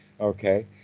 Okay